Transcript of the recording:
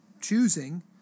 choosing